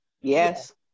Yes